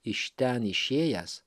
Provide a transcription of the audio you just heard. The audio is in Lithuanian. iš ten išėjęs